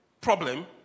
problem